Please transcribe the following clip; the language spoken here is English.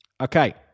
Okay